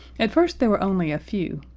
at first there were only a few,